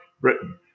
Britain